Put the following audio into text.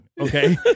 okay